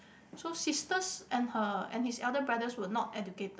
so sisters and her and his elder brother were not educated